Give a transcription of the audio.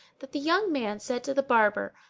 that the young man said to the barber,